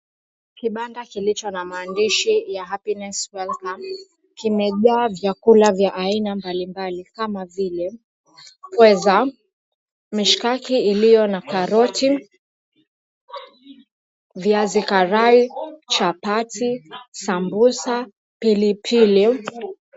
Kibanda kilicho na maandishi ya HAPPINESS WELCOME, kimejaa vyakula vya aina mbalimbali kama vile pweza, mishkaki iliyo na karoti, viazi karai, chapati, sambusa, pilipili.